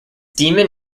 demon